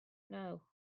know